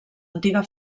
antiga